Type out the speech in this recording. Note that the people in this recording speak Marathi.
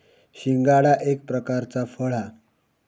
शिंगाडा एक प्रकारचा फळ हा